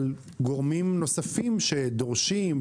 על גורמים נוספים שדורשים,